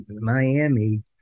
Miami